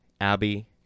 Abby